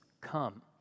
come